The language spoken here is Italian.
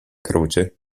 croce